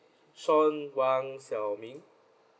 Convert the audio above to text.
shawn huang xiao ming